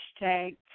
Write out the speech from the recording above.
Hashtag